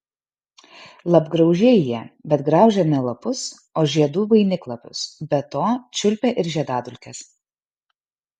lapgraužiai jie bet graužia ne lapus o žiedų vainiklapius be to čiulpia ir žiedadulkes